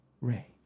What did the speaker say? Ray